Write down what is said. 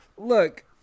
Look